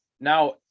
Now